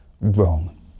Wrong